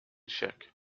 check